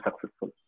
successful